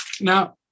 Now